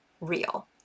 real